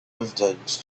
evident